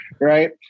right